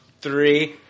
three